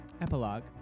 epilogue